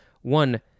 One